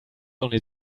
only